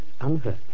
unhurt